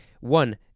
One